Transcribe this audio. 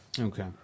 Okay